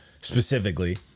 specifically